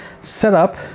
setup